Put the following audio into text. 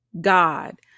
God